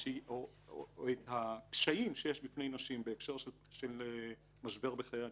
או את הקשיים שיש בפני נשים בהקשר של משבר בחיי הנישואין.